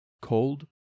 cold